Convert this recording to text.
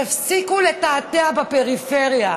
תפסיקו לתעתע בפריפריה.